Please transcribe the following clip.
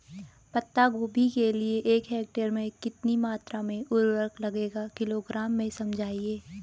पत्ता गोभी के लिए एक हेक्टेयर में कितनी मात्रा में उर्वरक लगेगा किलोग्राम में समझाइए?